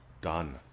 Done